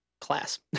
class